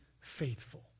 faithful